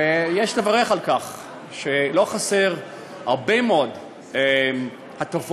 ויש לברך על כך שלא חסרים הרבה מאוד הטבות